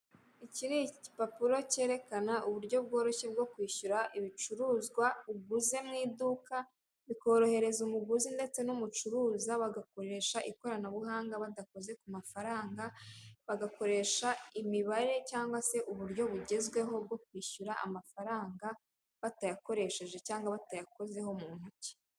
Iki ni igipapuro cyerekana uburyo bworoshye bwo kw'ishyura ibicuruzwa uguze mw'iduka ukorohereza umuguzi ndetse n'umucuruza bakoresha ikoranabuhanga badakoze ku amafaranga bagakoresha imibara cyangwa uburyo bujyezweho bwo kwishyura amafaranga batayakoresheje cyangwa batayakozeho mu intoki.